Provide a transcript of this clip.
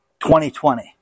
2020